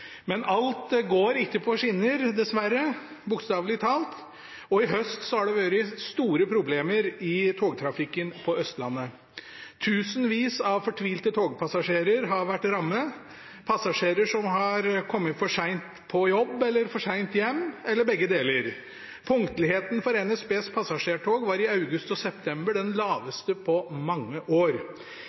Men alt går ikke på skinner, dessverre, bokstavelig talt. I høst har det vært store problemer i togtrafikken på Østlandet. Tusenvis av fortvilte togpassasjerer har vært rammet – passasjerer som har kommet for sent på jobb eller for sent hjem, eller begge deler. Punktligheten for NSBs passasjertog var i august og september den laveste på mange år.